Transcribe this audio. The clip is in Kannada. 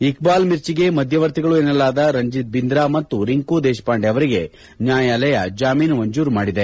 ಇಕ್ಟಾಲ್ ಮಿರ್ಚಿಗೆ ಮಧ್ಯವರ್ತಿಗಳು ಎನ್ನಲಾದ ರಂಜಿತ್ ಬಿಂದ್ರಾ ಮತ್ತು ರಿಂಕು ದೇಶಪಾಂಡೆ ಅವರಿಗೆ ನ್ವಾಯಲಯ ಜಾಮೀನು ಮಂಜೂರು ಮಾಡಿದೆ